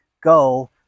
go